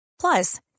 Plus